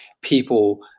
people